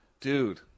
Dude